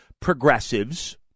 progressives